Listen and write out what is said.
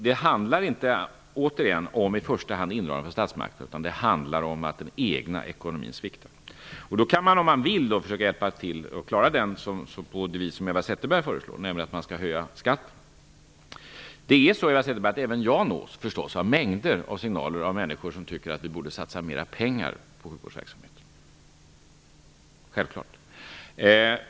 Det handlar, återigen, inte i första hand om indragning från statsmakten, utan det handlar om att den egna ekonomin sviktar. Då kan man om man vill försöka hjälpa till att klara den på det vis Eva Zetterberg föreslår, nämligen att höja skatten. Även jag nås, Eva Zetterberg, av mängder av signaler från människor som tycker att vi borde satsa mera pengar på sjukvårdsverksamhet. Självklart!